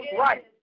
right